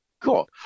Cool